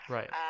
Right